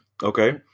Okay